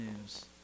news